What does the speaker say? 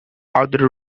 other